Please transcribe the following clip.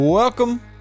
Welcome